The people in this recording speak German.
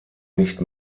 nicht